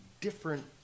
different